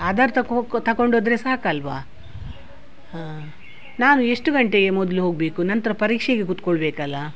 ಆಧಾರ್ ತಗೋಹೋಕ್ಕೊ ತಗೊಂಡೋದ್ರೆ ಸಾಕಲ್ಲವ ಹಾಂ ನಾನು ಎಷ್ಟು ಗಂಟೆಗೆ ಮೊದಲು ಹೋಗಬೇಕು ನಂತರ ಪರೀಕ್ಷೆಗೆ ಕುತ್ಕೊಳ್ಬೇಕಲ್ಲ